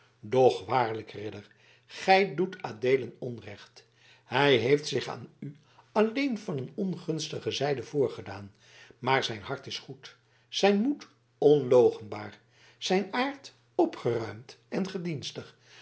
doch waarlijk ridder gij doet adeelen onrecht hij heeft zich aan u alleen van een ongunstige zijde voorgedaan maar zijn hart is goed zijn moed onloochenbaar zijn aard opgeruimd en gedienstig